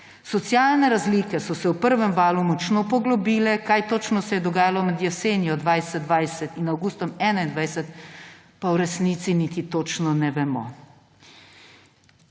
Socialne razlike so se v prvem valu močno poglobile. Kaj točno se je dogajalo med jesenjo 2020 in avgustom 2021, pa v resnici niti točno ne vemo.